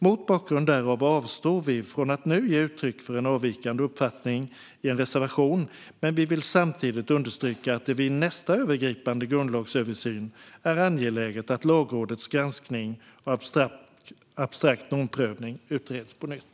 Mot bakgrund därav avstår vi från att nu ge uttryck för en avvikande uppfattning i en reservation men vill samtidigt understryka att det vid nästa övergripande grundlagsöversyn är angeläget att Lagrådets granskning och abstrakt normprövning utreds på nytt."